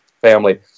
Family